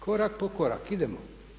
Korak po korak, idemo.